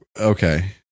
Okay